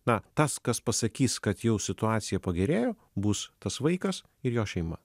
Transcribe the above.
na tas kas pasakys kad jau situacija pagerėjo bus tas vaikas ir jo šeima